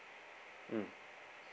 mm